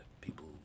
people